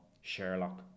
Sherlock